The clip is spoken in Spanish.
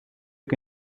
que